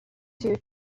two